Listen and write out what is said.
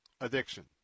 addiction